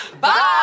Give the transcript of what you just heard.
Bye